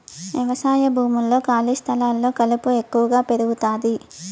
వ్యవసాయ భూముల్లో, ఖాళీ స్థలాల్లో కలుపు ఎక్కువగా పెరుగుతాది